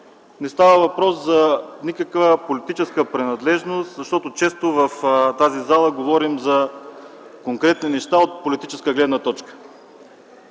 Не става въпрос за никаква политическа принадлежност, защото често в тази зала говорим за конкретни неща от политическа гледна точка.